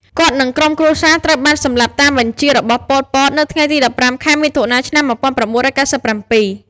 គាត់ និងក្រុមគ្រួសារត្រូវបានសម្លាប់តាមបញ្ជារបស់ ប៉ុល ពត នៅថ្ងៃទី១៥ ខែមិថុនា ឆ្នាំ១៩៩៧។